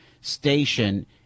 station